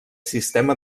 sistema